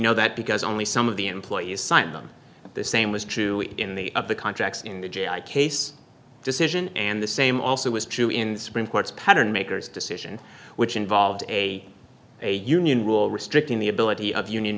know that because only some of the employees sign on the same was true in the of the contracts in the case decision and the same also was true in the supreme court's pattern makers decision which involved a a union rule restricting the ability of union